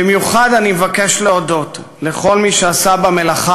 במיוחד אני מבקש להודות לכל מי שעשה במלאכה